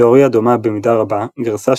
תאוריה דומה במידה רבה גרסה,